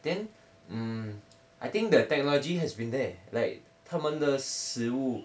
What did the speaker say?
then mm I think the technology has been there like 他们的食